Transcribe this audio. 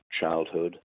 childhood